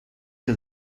que